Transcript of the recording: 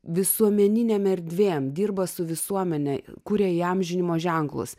visuomeninėm erdvėm dirba su visuomene kuria įamžinimo ženklus